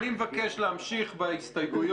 אני מבקש להמשיך בהסתייגויות.